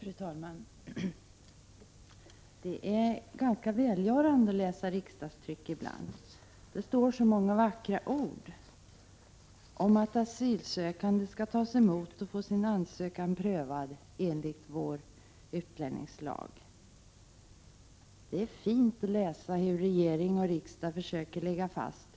Fru talman! Det är ganska välgörande att läsa riksdagstryck ibland. Det står så många vackra ord om att asylsökande skall tas emot och få sin ansökan prövad enligt vår utlänningslag. Det är fint att läsa hur regering och riksdag försöker lägga fast